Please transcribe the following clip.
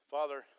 Father